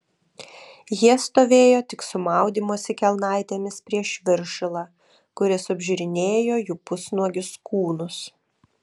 jie stovėjo tik su maudymosi kelnaitėmis prieš viršilą kuris apžiūrinėjo jų pusnuogius kūnus